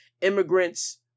immigrants